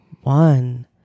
one